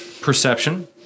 Perception